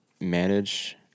Manage